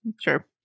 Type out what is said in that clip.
sure